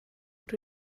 rydw